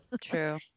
true